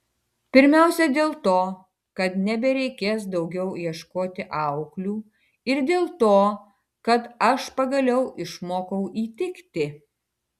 pirmiausia dėl to kad nebereikės daugiau ieškoti auklių ir dėl to kad aš pagaliau išmokau įtikti